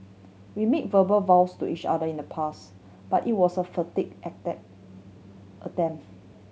we made verbal vows to each other in the past but it was a futile attempt